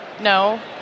No